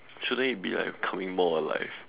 shouldn't it be like coming more alive